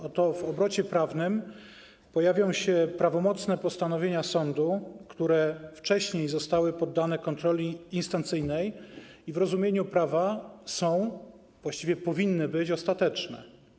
Oto w obrocie prawnym pojawią się prawomocne postanowienia sądu, które wcześniej zostały poddane kontroli instancyjnej i w rozumieniu prawa są, właściwie powinny być, ostateczne.